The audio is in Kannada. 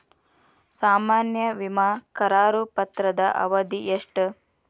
ಸಾಮಾನ್ಯ ವಿಮಾ ಕರಾರು ಪತ್ರದ ಅವಧಿ ಎಷ್ಟ?